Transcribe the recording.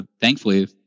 thankfully